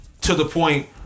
to-the-point